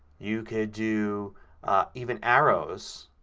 you could do even arrows,